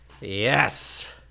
Yes